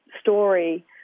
story